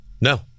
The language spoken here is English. No